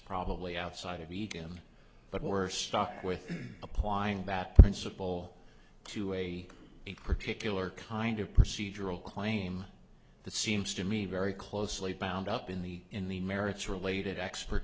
probably outside of beat him but we're stuck with applying that principle to a particular kind of procedural claim that seems to me very closely bound up in the in the merits related expert